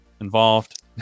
involved